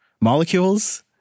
molecules